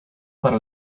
para